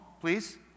please